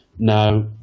Now